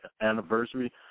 anniversary